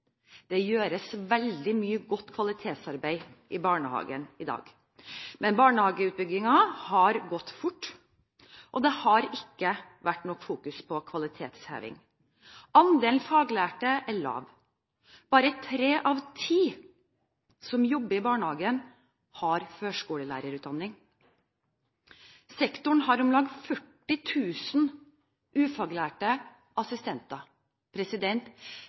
Det gjøres veldig mye godt kvalitetsarbeid i barnehagen i dag. Men barnehageutbyggingen har gått fort, og det har ikke vært noe fokus på kvalitetsheving. Andelen faglærte er lav. Bare tre av ti som jobber i barnehagen, har førskolelærerutdanning. Sektoren har om lag 40 000 ufaglærte assistenter.